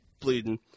bleeding